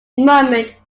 moment